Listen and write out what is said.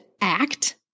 act